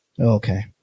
Okay